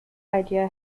idea